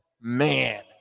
man